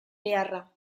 beharra